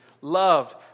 loved